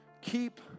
Keep